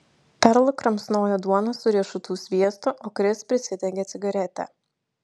perl kramsnojo duoną su riešutų sviestu o kris prisidegė cigaretę